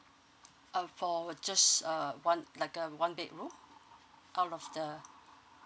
uh for just uh one like a one bedroom out of the